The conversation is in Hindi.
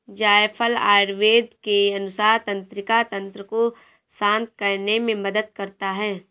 जायफल आयुर्वेद के अनुसार तंत्रिका तंत्र को शांत करने में मदद करता है